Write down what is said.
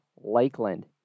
Lakeland